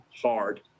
hard